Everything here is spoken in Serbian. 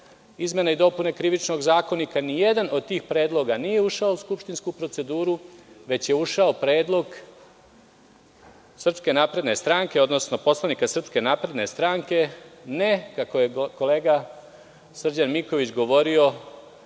izmene i dopune Krivičnog zakonika i nijedan od tih predloga nije ušao u skupštinsku proceduru, već je ušao predlog Srpske napredne stranke, odnosno poslanika Srpske napredne stranke, ne, kako je kolega Srđan Miković govorio,